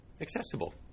accessible